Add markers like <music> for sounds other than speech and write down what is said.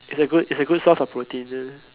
is a good is a good source of protein <noise>